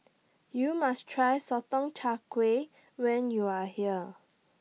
YOU must Try Sotong Char Kway when YOU Are here